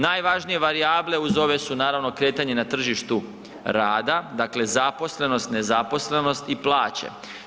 Najvažnije varijable uz ove su kretanje na tržištu rada, dakle zaposlenost, nezaposlenost i plaće.